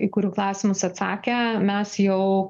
į kurių klausimus atsakę mes jau